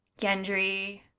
Gendry